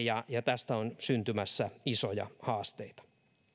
ja ja tästä on syntymässä isoja haasteita